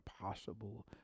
impossible